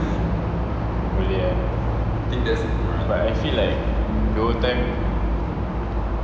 really ah but actually like the whole time